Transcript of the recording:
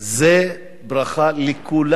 זו ברכה לכולנו.